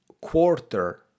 quarter